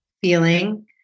feeling